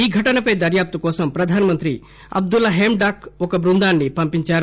ఈ ఘటనపై దర్యాప్తు కోసం ప్రధానమంత్రి అబ్దుల్లా హేమ్ డాక్ ఒక బృందాన్ని పంపించారు